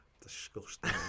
disgusting